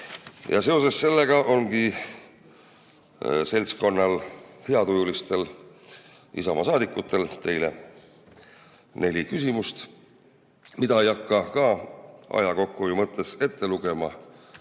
Seoses sellega ongi seltskonnal heatujulistel Isamaa saadikutel teile neli küsimust, mida ma ei hakka aja kokkuhoiu mõttes ette lugema,